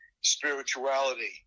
spirituality